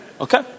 Okay